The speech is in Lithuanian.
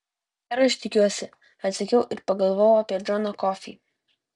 ir aš tikiuosi atsakiau ir pagalvojau apie džoną kofį